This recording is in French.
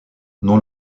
non